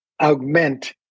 augment